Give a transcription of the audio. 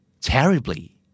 Terribly